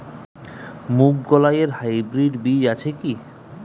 মুগকলাই এর হাইব্রিড বীজ আছে কি?